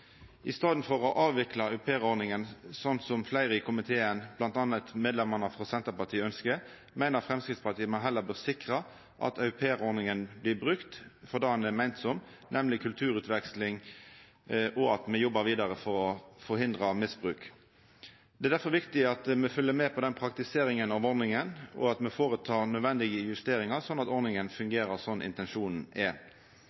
I staden for å avvikla aupairordninga, slik fleire i komiteen, bl.a. medlemene frå Senterpartiet, ønskjer, meiner Framstegspartiet at me heller bør sikra at aupairordninga blir brukt til det ho er meint, nemleg kulturutveksling, og at me jobbar vidare for å forhindra misbruk. Det er difor viktig at me følgjer med på praktiseringa av ordninga, og at me gjer nødvendige justeringar slik at ordninga